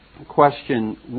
Question